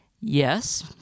yes